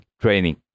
training